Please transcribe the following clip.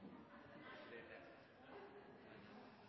er veldig stort